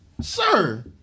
Sir